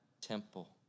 temple